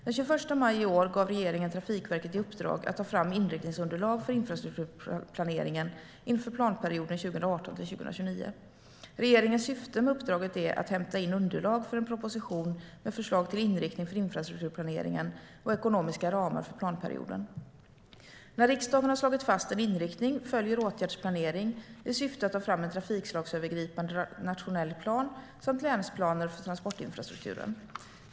Den 21 maj i år gav regeringen Trafikverket i uppdrag att ta fram inriktningsunderlag för infrastrukturplaneringen inför planperioden 2018-2029. Regeringens syfte med uppdraget är att hämta in underlag för en proposition med förslag till inriktning för infrastrukturplaneringen och ekonomiska ramar för planperioden. När riksdagen har slagit fast en inriktning följer åtgärdsplanering i syfte att ta fram en trafikslagsövergripande nationell plan samt länsplaner för transportinfrastrukturen.